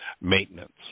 maintenance